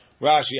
Rashi